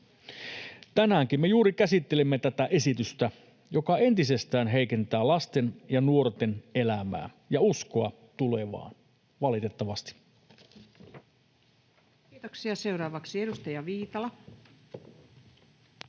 Tänäänkin me juuri käsittelemme tätä esitystä, joka entisestään heikentää lasten ja nuorten elämää ja uskoa tulevaan, valitettavasti. Kiitoksia. — Seuraavaksi edustaja Viitala.